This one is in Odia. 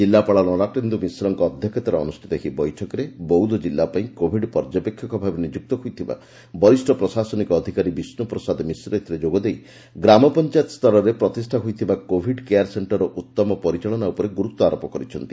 ଜିଲ୍ଲାପାଳ ଲଲଟେନ୍ ମିଶ୍ରଙ୍କ ଅଧ୍ଘକ୍ଷତାରେ ଅନୁଷିତ ଏହି ବୈଠକରେ ବୌଦ ଜିଲ୍ଲାପାଇଁ କୋଭିଡ୍ ପର୍ଯ୍ୟବେଷକ ଭାବେ ନିଯୁକ୍ତ ହୋଇଥିବା ବରିଷ ପ୍ରଶାସନିକ ଅଧିକାରୀ ବିଷ୍ୟ ପ୍ରସାଦ ମିଶ୍ର ଏଥିରେ ଯୋଗଦେଇ ଗ୍ରାମ ପଞାୟତ ସ୍ତରରେ ପ୍ରତିଷା ହୋଇଥିବା କୋଭିଡ୍ କେୟାର୍ ସେକ୍କର୍ର ଉତ୍ତମ ପରିଚାଳନା ଉପରେ ଗୁରୁତ୍ୱ ଆରୋପ କରିଛନ୍ତି